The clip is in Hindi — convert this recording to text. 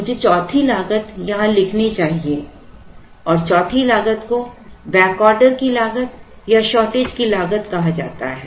मुझे चौथी लागत यहाँ लिखनी चाहिए और चौथी लागत को बैक ऑर्डर की लागत या शॉर्टेज की लागत कहा जाता है